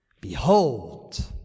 Behold